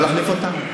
בסדר, לא להחליף אותם?